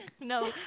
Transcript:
No